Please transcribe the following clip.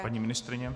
Paní ministryně?